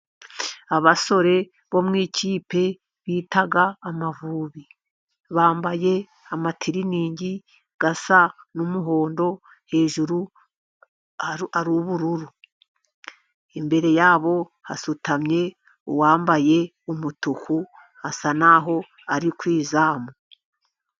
Abasore bo mu ikipe bita Amavubi, bambaye amatiriningi asa n’umuhondo hejuru ari ubururu. Imbere yabo hasutamye uwambaye umutuku, asa nk'aho ari mu izamu.